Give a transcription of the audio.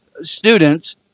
students